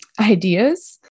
ideas